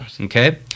okay